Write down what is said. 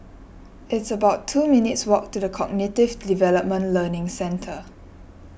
it's about two minutes' walk to the Cognitive Development Learning Centre